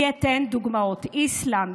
אתן דוגמאות: איסלנד,